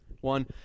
one